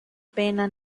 pena